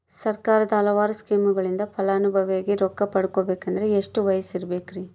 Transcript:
ಸರ್ಕಾರದ ಹಲವಾರು ಸ್ಕೇಮುಗಳಿಂದ ಫಲಾನುಭವಿಯಾಗಿ ರೊಕ್ಕ ಪಡಕೊಬೇಕಂದರೆ ಎಷ್ಟು ವಯಸ್ಸಿರಬೇಕ್ರಿ?